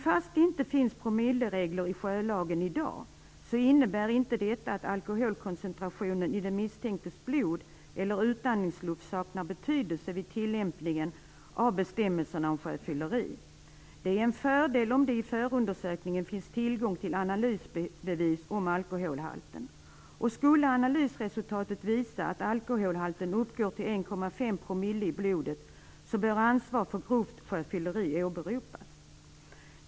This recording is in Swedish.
Fastän det inte finns promilleregler i sjölagen i dag innebär inte detta att alkoholkoncentrationen i den misstänktes blod eller utandningsluft saknar betydelse vid tillämpningen av bestämmelserna om sjöfylleri. Det är en fördel om det i förundersökningen finns tillgång till analysbevis på alkoholhalten. Om analysresultatet skulle visa att alkoholhalten uppgår till 1,5 % i blodet bör ansvar för grovt sjöfylleri åberopas.